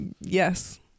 Yes